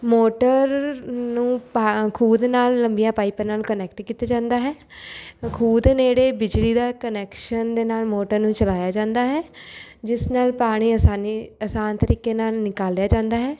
motor ਨੂੰ ਪਾ ਖੂਹ ਦੇ ਨਾਲ ਲੰਬੀਆਂ ਪਾਈਪਾਂ ਨਾਲ ਕਨੈਕਟ ਕੀਤਾ ਜਾਂਦਾ ਹੈ ਖੂਹ ਦੇ ਨੇੜੇ ਬਿਜਲੀ ਦਾ ਕਨੈਕਸ਼ਨ ਦੇ ਨਾਲ ਮੋਟਰ ਨੂੰ ਚਲਾਇਆ ਜਾਂਦਾ ਹੈ ਜਿਸ ਨਾਲ ਪਾਣੀ ਅਸਾਨੀ ਅਸਾਨ ਤਰੀਕੇ ਨਾਲ ਨਿਕਾਲਿਆ ਜਾਂਦਾ ਹੈ